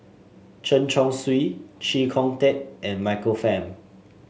Chen Chong Swee Chee Kong Tet and Michael Fam